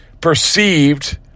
perceived